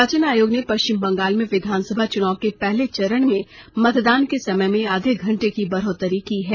निर्वाचन आयोग ने पश्चिम बंगाल में विधानसभा चुनाव के पहले चरण में मतदान के समय में आधे घंटे की बढोत्तरी की है